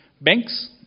banks